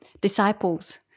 disciples